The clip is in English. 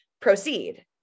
proceed